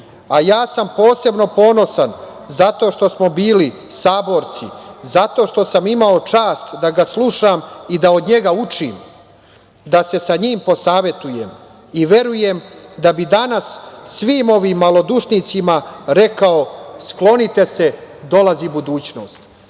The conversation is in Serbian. „A ja sam posebno ponosan zato što smo bili saborci, zato što sam imao čast da ga slušam i da od njega učim, da se sa njim posavetujem. Verujem da bi danas svim ovim malodušnicima rekao – sklonite se, dolazi budućnost“.Dragi